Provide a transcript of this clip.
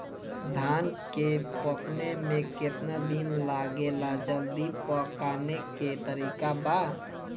धान के पकने में केतना दिन लागेला जल्दी पकाने के तरीका बा?